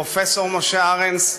פרופסור משה ארנס,